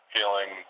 Feeling